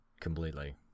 completely